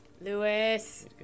Lewis